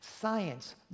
science